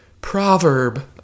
Proverb